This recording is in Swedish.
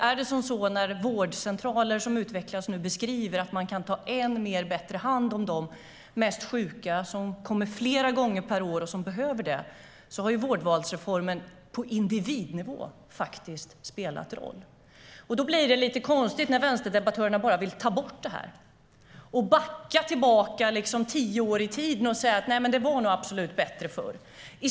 Är det så som vårdcentraler som nu utvecklas beskriver att man kan ta ännu bättre hand om de mest sjuka som kommer flera gånger per år och behöver det, då har vårdvalsreformen faktiskt spelat roll på individnivå. Då blir det lite konstigt när vänsterdebattörerna bara vill ta bort det här och backa tillbaka tio år i tiden och säga: Nej, men det var absolut bättre förr.